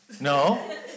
No